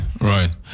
right